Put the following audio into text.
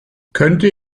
könnte